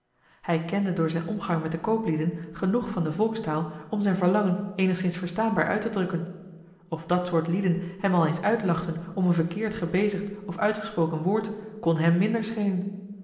hij kende door zijn omgang met de kooplieden genoeg van de volkstaal om zijn verlangen eenigszins verstaanbaar uit te drukken of dat soort lieden hem al eens uitlachten om een verkeerd gebezigd of uitgesproken woord kon hem minder schelen